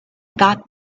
got